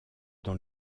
dans